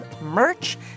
merch